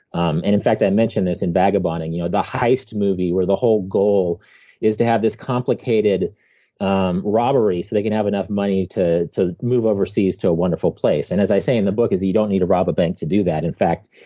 um and in fact, i mentioned this in vagabonding. you know the heist movie, where the whole goal is to have this complicated um robbery, so they can have enough money to to move overseas to a wonderful place. and as i say in the book is you don't need to rob a bank to do that. in fact,